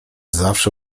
zawsze